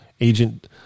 agent